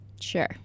Sure